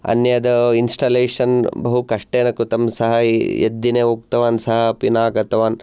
अन्यद् इन्सटलेषन् बहुकष्टेन कृतं सः यद्दिने उक्तवान् स अपि न आगतवान्